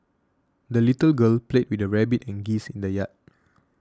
the little girl played with her rabbit and geese in the yard